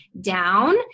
down